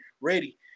Ready